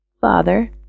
Father